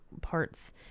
parts